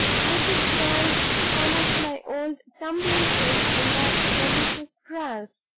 i could try some of my old tumbling tricks on that delicious grass.